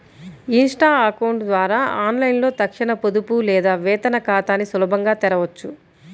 Insta account ద్వారా ఆన్లైన్లో తక్షణ పొదుపు లేదా వేతన ఖాతాని సులభంగా తెరవొచ్చు